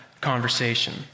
conversation